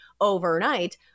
overnight